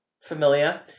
familiar